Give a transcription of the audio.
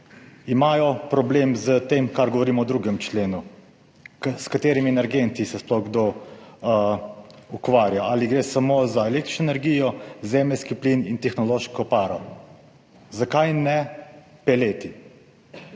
Imajo problem s tem, kar govorimo v 2. členu, s katerimi energenti se sploh kdo ukvarja, ali gre samo za električno energijo, zemeljski plin in tehnološko paro, zakaj ne peleti.